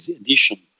edition